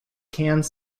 canned